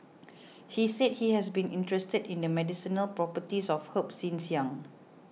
he said he has been interested in the medicinal properties of herbs since young